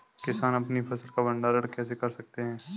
किसान अपनी फसल का भंडारण कैसे कर सकते हैं?